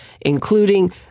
including